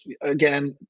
again